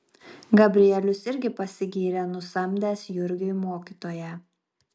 gabrielius irgi pasigyrė nusamdęs jurgiui mokytoją